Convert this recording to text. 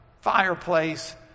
fireplace